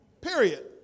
Period